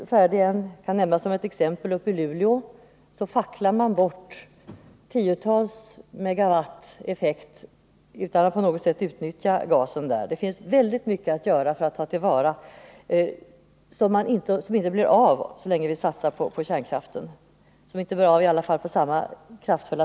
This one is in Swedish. Jag kan som exempel nämna att man i Luleå låter gas motsvarande en effekt av tiotals megawatt gå förlorad utan att på något sätt utnyttja den. Det finns oerhört mycket att göra, men det kommer inte till förverkligande, i varje fall inte på samma kraftfulla sätt, så länge vi satsar på kärnkraften.